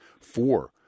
four